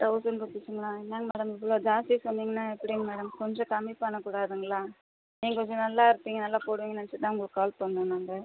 thousand ருபீஸுங்களா என்னாங்க madam இவ்வளோ ஜாஸ்தியாக சொன்னிங்கனா எப்படி மேடம் கொஞ்சம் கம்மி பண்ணக்கூடாதுங்களா எங்களுக்கு நல்லாருப்பிங்க நல்லா போடுவிங்க நெனச்சி தான் உங்களுக்கு கால் பண்ணோம் நாங்கள்